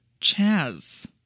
Chaz